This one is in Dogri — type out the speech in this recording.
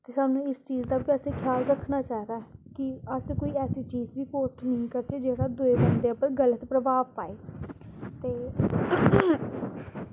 ते असें गी इस चीज़ दा बी ख्याल रक्खना चाहिदा कि अस कोई ऐसी चीज़ गी पोस्ट नेईं करचै जेह्दा दूऐ बंदे पर गलत प्रभाव पाए ते